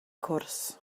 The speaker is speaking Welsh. cwrs